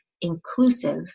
inclusive